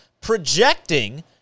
projecting